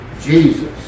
Jesus